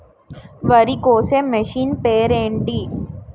వరి కోసే మిషన్ పేరు ఏంటి